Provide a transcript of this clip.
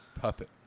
puppet